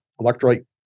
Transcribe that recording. Electrolyte